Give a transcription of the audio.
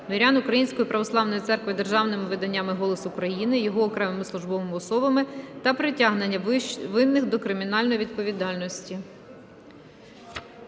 вірян Української православної церкви державним виданням "Голос України", його окремими службовими особами та притягнення винних до кримінальної відповідальності.